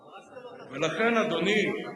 הרסת לו את הבדיחה, לכן, אדוני,